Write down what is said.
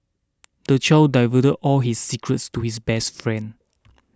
the child divert all his secrets to his best friend